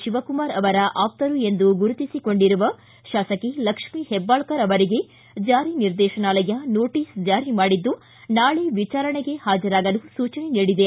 ಶಿವಕುಮಾರ ಅವರ ಆಪ್ತರು ಎಂದು ಗುರುತಿಸಿಕೊಂಡಿರುವ ಶಾಸಕಿ ಲಕ್ಷ್ಮೀ ಹೆಬ್ಲಾಳ್ಗರ್ ಅವರಿಗೆ ಜಾರಿ ನಿರ್ದೇಶನಾಲಯ ನೋಟಿಸ್ ಜಾರಿ ಮಾಡಿದ್ದು ನಾಳೆ ವಿಚಾರಣೆಗೆ ಹಾಜರಾಗಲು ಸೂಚನೆ ನೀಡಿದೆ